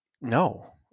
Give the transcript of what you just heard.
no